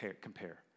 compare